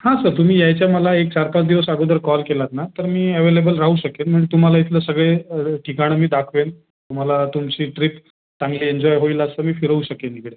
हां सर तुम्ही यायच्या मला एक चार पाच दिवस अगोदर कॉल केलात ना तर मी ॲवेलेबल राहू शकेन म्हणजे तुम्हाला इथलं सगळे ठिकाणं मी दाखवेल तुम्हाला तुमची ट्रीप चांगली एन्जॉय होईल असं मी फिरवू शकेन इकडे